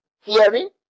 hearing